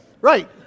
Right